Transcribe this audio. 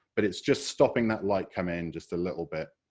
but it's just stopping that light coming in just a little bit,